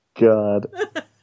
God